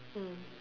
mm